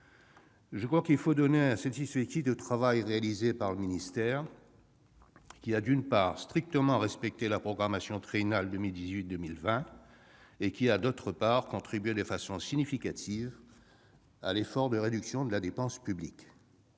Je crois qu'il faut donner un satisfecit au travail réalisé par le ministère, qui, d'une part, a strictement respecté la programmation triennale 2018-2020 et qui, d'autre part, a contribué de façon significative à l'effort de réduction de la dépense publique.